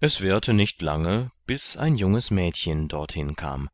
es währte nicht lange bis ein junges mädchen dorthin kam